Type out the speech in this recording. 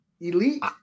elite